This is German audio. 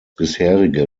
bisherige